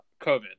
covid